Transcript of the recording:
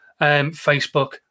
Facebook